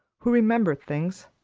who remembered things,